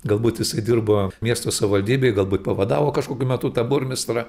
galbūt jisai dirbo miesto savivaldybėj galbūt pavadavo kažkokiu metu tą burmistrą